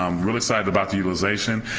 um really excited about the utilization.